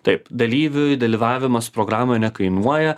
taip dalyviui dalyvavimas programoj nekainuoja